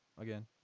again